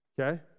okay